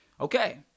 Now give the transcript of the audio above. Okay